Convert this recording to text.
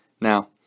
Now